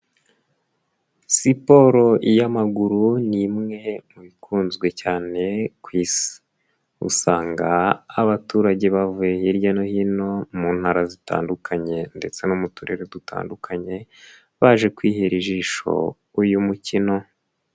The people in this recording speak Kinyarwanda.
Siporo y'amaguru ni imwe mu bikunzwe cyane ku isi, usanga abaturage bavuye hirya no hino mu Ntara zitandukanye ndetse no mu Turere dutandukanye baje kwihera ijisho uyu mukino.